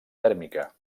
tèrmica